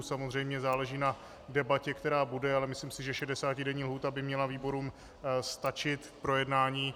Samozřejmě záleží na debatě, která bude, ale myslím si, že šedesátidenní lhůta by měla výborům stačit k projednání.